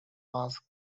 mask